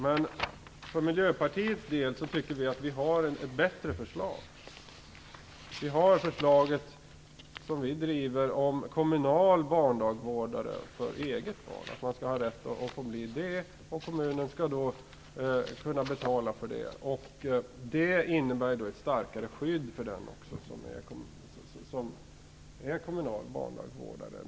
Men för Miljöpartiets del tycker vi att vi har ett bättre förslag. Vi driver förslaget om möjligheten att vara kommunal dagbarnvårdare för eget barn. Man skall ha rätt att bli det, och kommunen skall då kunna betala för det. Det innebär ett starkare skydd för den som är kommunal dagbarnvårdare.